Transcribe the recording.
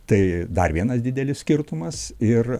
tai dar vienas didelis skirtumas ir